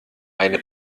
eine